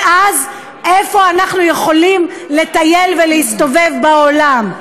ואז, איפה אנחנו יכולים לטייל ולהסתובב בעולם?